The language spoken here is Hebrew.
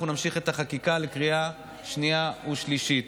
אנחנו נמשיך את החקיקה לקריאה השנייה והשלישית.